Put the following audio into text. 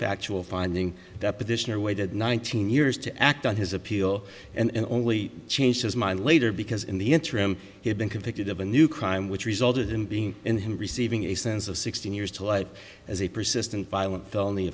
factual finding deposition or waited nineteen years to act on his appeal and only changed his mind later because in the interim he had been convicted of a new crime which resulted in being in him receiving a sense of sixteen years to life as a persistent